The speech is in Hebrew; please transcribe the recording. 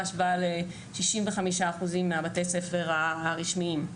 בהשוואה ל-65% מבתי הספר הרשמיים.